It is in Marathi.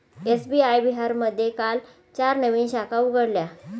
एस.बी.आय बिहारमध्ये काल चार नवीन शाखा उघडल्या